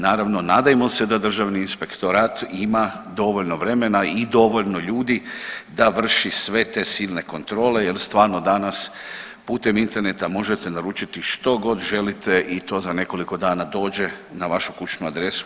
Naravno, nadajmo se da Državni inspektorat ima dovoljno vremena i dovoljno ljudi da vrši sve te silne kontrole jer stvarno danas putem interneta možete naručiti što god želite i to za nekoliko dana dođe na vašu kućnu adresu.